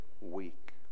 weak